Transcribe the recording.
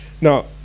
now